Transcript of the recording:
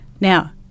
Now